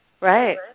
Right